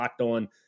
LOCKEDON